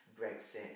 Brexit